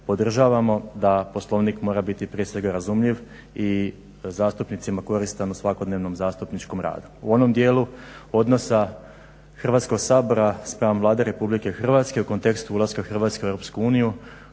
podržavamo da Poslovnik mora biti prije svega razumljiv i zastupnicima koristan u svakodnevnom zastupničkom radu. U onom dijelu odnosa Hrvatskog sabora spram Vlade RH u kontekstu ulaska Hrvatske u EU govorio